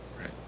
right